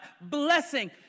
blessing